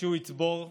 שהוא יצבור טראפיק.